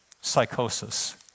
psychosis